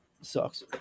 sucks